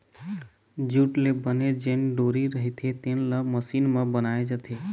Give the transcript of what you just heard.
jute ले बने जेन डोरी रहिथे तेन ल मसीन म बनाए जाथे